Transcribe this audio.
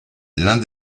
l’un